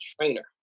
trainer